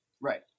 Right